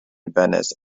venice